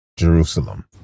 Jerusalem